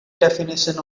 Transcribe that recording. definition